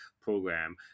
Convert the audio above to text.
program